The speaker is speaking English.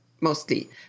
mostly